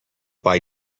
buy